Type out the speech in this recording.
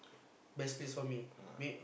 best place for me may